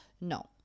No